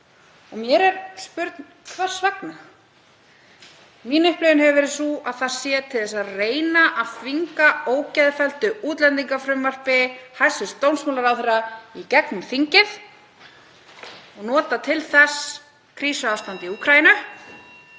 og mér er spurn hvers vegna. Mín upplifun hefur verið sú að það sé til að reyna að þvinga ógeðfellt útlendingafrumvarp hæstv. dómsmálaráðherra í gegnum þingið og nota til þess krísuástand í Úkraínu.